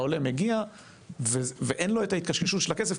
העולה מגיע ואין לו את ההתקשקשות של הכסף,